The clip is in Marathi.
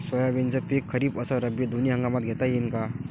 सोयाबीनचं पिक खरीप अस रब्बी दोनी हंगामात घेता येईन का?